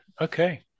Okay